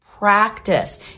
Practice